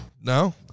No